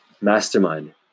mastermind